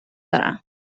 دارم